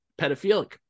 pedophilic